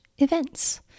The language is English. Events